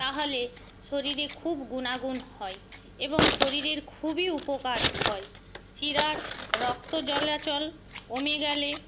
তাহলে শরীরে খুব গুণাগুণ হয় এবং শরীরের খুবই উপকার হয় শিরার রক্ত চলাচল কমে গেলে